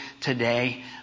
today